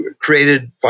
created